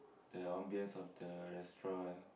the ambience of the restaurant